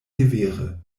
severe